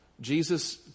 Jesus